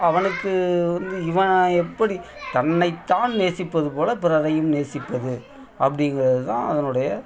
அவனுக்கு இவனை எப்படி தன்னைத் தான் நேசிப்பது போல பிறரையும் நேசிப்பது அப்படிங்கிறது தான் அதனுடைய